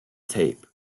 tape